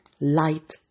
Light